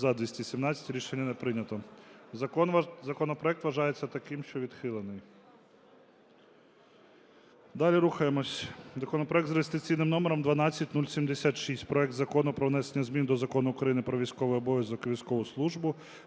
За-217 Рішення не прийнято. Законопроект вважається таким, що відхилений. Далі рухаємося. Законопроект за реєстраційним номером 12076: проект Закону про внесення змін до Закону України "Про військовий обов'язок і військову службу"